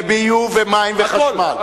וביוב ומים וחשמל.